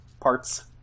parts